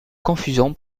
confusion